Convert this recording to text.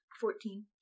Fourteen